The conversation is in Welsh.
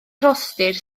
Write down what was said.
rhostir